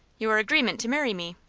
your agreement to marry me,